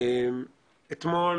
אתמול